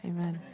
Amen